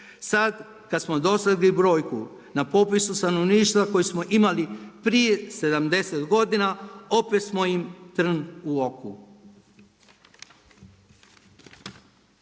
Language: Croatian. Sad kad smo dosegli brojku na popisu stanovništva koju smo imali prije 70 godina, opet smo im trn u oku.